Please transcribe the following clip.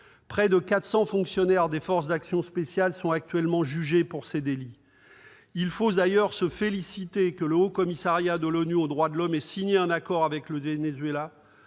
Près de 400 fonctionnaires des Forces d'action spéciales sont actuellement jugés pour ces délits. Il faut se féliciter que le Haut-Commissariat des Nations unies aux droits de l'homme ait signé un accord avec le Venezuela